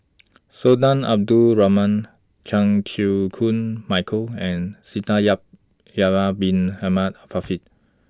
Sultan Abdul Rahman Chan Chew Koon Michael and Yahya Bin Ahmed Afifi